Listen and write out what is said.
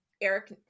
eric